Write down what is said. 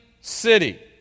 city